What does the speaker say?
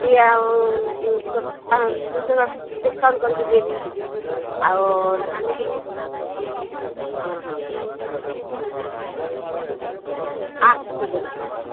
ଟିକେ ଆଉ ଦୁଇ ଟଙ୍କା ଡିସକାଉଣ୍ଟ୍ କରିକି ଦେବି ଆଉ ଡାଲି ହଁ ହଁ ଆଚ୍ଛା ଠିକ୍ ଅଛି